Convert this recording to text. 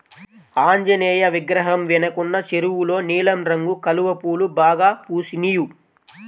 ఆంజనేయ విగ్రహం వెనకున్న చెరువులో నీలం రంగు కలువ పూలు బాగా పూసినియ్